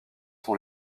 sont